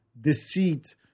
deceit